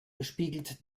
spiegelt